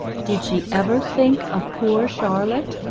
did she ever think of poor charlotte